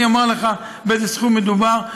אומר לך באיזה סכום מדובר,